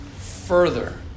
further